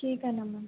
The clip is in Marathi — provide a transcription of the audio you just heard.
ठीक आहे ना मॅम